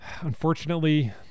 Unfortunately